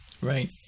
Right